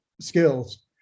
skills